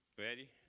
Ready